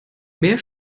mehr